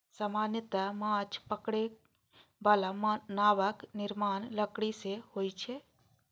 सामान्यतः माछ पकड़ै बला नावक निर्माण लकड़ी सं होइ छै